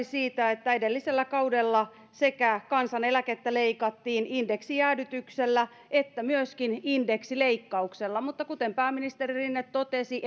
siitä että edellisellä kaudella kansaneläkettä leikattiin sekä indeksijäädytyksellä että indeksileikkauksella mutta kuten pääministeri rinne totesi